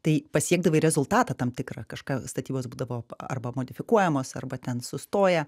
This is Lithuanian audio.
tai pasiekdavai rezultatą tam tikrą kažką statybos būdavo arba modifikuojamos arba ten sustoja